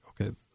okay